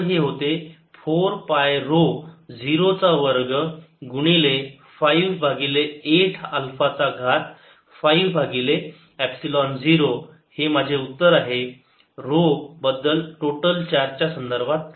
तर हे होते 4 पाय ऱ्हो 0 चा वर्ग गुणिले 5 भागिले 8 अल्फा चा घात 5 भागिले एपसिलोन 0 हे माझे उत्तर आहे ऱ्हो बद्दल टोटल चार्ज च्या संदर्भामध्ये काय